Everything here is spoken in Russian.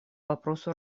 вопросу